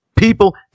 People